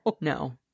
no